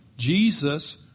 Jesus